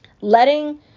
Letting